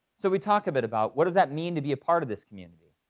so we talk a bit about what does that mean to be a part of this community?